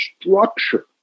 structure